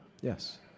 Yes